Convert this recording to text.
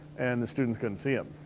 and the students couldn't see em.